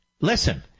Listen